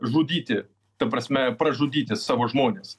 žudyti ta prasme pražudyti savo žmones